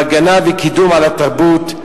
בהגנה ובקידום של התרבות,